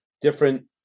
different